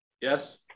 yes